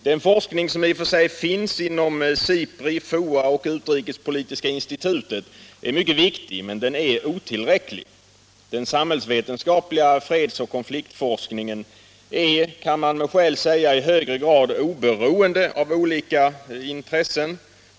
Den forskning som i och för sig redan sker inom SIPRI, FOA och Utrikespolitiska institutet är mycket viktig, men den är otillräcklig. Den samhällsvetenskapliga fredsoch konfliktforskningen är, kan man med skäl säga, i högre grad oberoende av olika intressen.